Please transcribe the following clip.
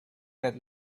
let